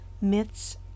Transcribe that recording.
myths